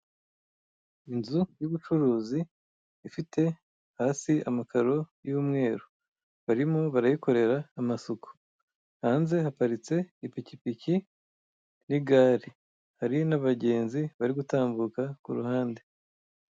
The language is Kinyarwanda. Inzu y'ubucuruzi ifite hasi amakaro y'umweru, barimo barayikorera amasuku. Hanze haparitse ipikipiki n'igare. Hari n'abagenzi bari gutambuka ku ruhande.